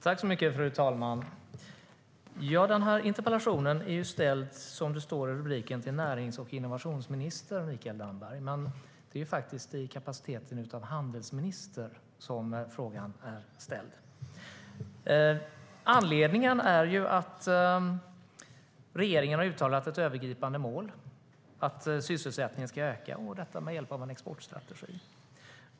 Fru talman! Den här interpellationen är ställd, som det står i rubriken, till närings och innovationsminister Mikael Damberg, men den riktar sig till honom i hans kapacitet av handelsminister. Anledningen är att regeringen har utfärdat ett övergripande mål om att sysselsättningen ska öka, och detta med hjälp av en exportstrategi.